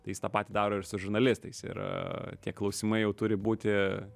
tai jis tą patį daro ir su žurnalistais ir tie klausimai jau turi būti